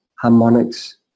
harmonics